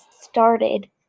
started